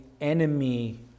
enemy